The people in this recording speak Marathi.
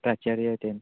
प्राचार्य होते